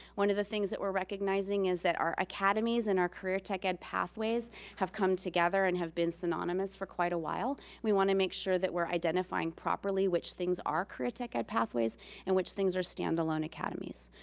one of the things that we're recognizing is that our academies and our career tech ed pathways have come together and have been synonymous for quite a while. we wanna make sure that we're identifying properly which things are career tech ed pathways and which things are standalone academies.